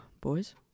boys